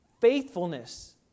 faithfulness